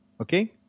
okay